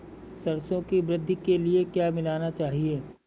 सरसों की वृद्धि के लिए क्या मिलाना चाहिए?